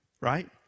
right